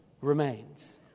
remains